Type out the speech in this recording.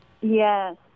Yes